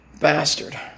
bastard